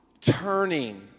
turning